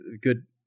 good